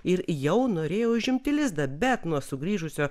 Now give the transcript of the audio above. ir jau norėjo užimti lizdą bet nuo sugrįžusio